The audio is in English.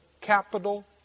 capital